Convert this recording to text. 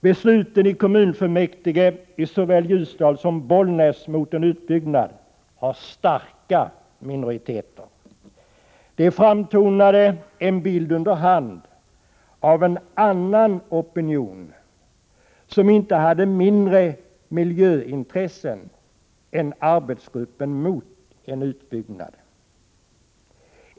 Besluten i kommunfullmäktige i såväl Ljusdal som Bollnäs mot en annan opinion, som inte hade mindre miljöintressen än arbetsgruppen mot en utbyggnad har starka minoriteter. Det framtonade en bild under hand av en utbyggnad.